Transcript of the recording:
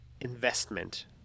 investment